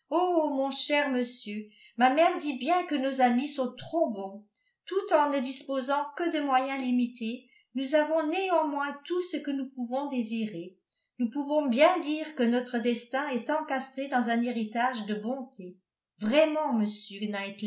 mon cher monsieur ma mère dit bien que nos amis sont trop bons tout en ne disposant que de moyens limités nous avons néanmoins tout ce que nous pouvons désirer nous pouvons bien dire que notre destin est encastré dans un héritage de bonté vraiment monsieur